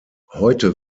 heute